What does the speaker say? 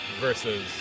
versus